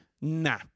Nah